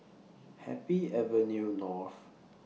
Happy Avenue North